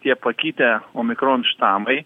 tie pakitę omikron štamai